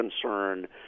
concern